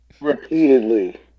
Repeatedly